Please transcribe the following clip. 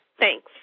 Thanks